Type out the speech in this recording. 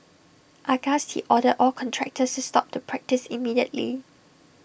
aghast he ordered all contractors to stop the practice immediately